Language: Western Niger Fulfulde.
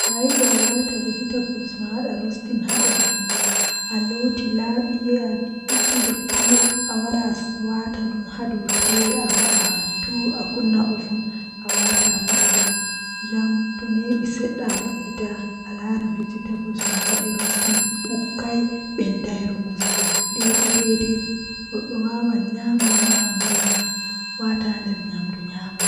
Mashin waawataa waɗde zaane, Kono zaane ko waɗal ɓuri haɓugol e neɗɗo, Sabu art woodani kaɓe njogorde e hakkilagol neɗɗo. Mashinji waawataa ɓe njikkita, Wawanɗe ngoodi e faama ɗi waɗi, Kono ɗuum no waawi heɓde gollal heɓugol e moƴƴi, E njogordi ɗi waɗa ɗi semmbugol. Ko art waɗata goɗɗum ngol, Waɗa e ɗuum fota ko waɗde hakkiɗe.